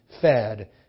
fed